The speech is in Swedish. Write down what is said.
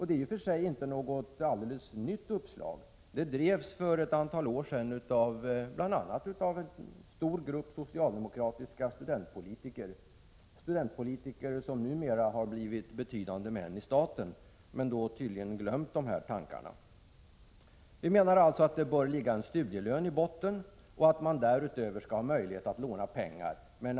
Det är i och för sig inte något helt nytt uppslag; det drevs för ett antal år sedan av bl.a. en stor grupp socialdemokratiska studentpolitiker, studentpolitiker som numera har blivit betydande män i staten och då tydligen glömt dessa tankar. Vi menar alltså att i botten bör ligga studielön och att man därutöver skall ha möjlighet att låna pengar. — Prot.